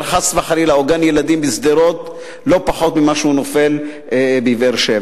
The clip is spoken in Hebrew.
או גן-ילדים בשדרות לא פחות משהוא נופל בבאר-שבע.